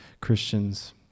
Christians